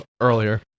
earlier